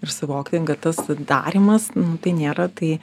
ir suvokti kad tas darymas nu tai nėra tai